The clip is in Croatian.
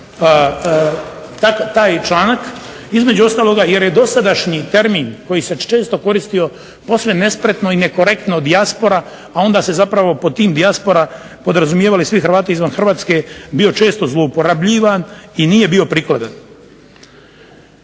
taj članak, između ostaloga jer je dosadašnji termin koji se često koristio posve nespretno i nekorektno dijaspora, a onda se zapravo pod tim dijaspora podrazumijevali svi Hrvati izvan Hrvatske bio često zlouporabljivan i nije bio prikladan.